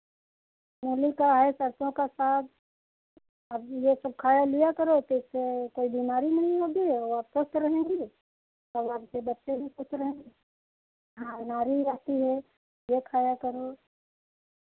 मूली का है सरसों का साग और ये सब खा लिया करो फिर से कोई बीमारी नहीं होगी और आप स्वस्थ रहेंगी और आपके बच्चे भी स्वस्थ रहेंगे हाँ नारी रहती है एक खाया करो